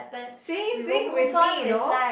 same thing with me you know